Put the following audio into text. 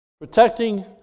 protecting